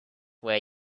were